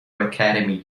academy